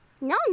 No